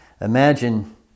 Imagine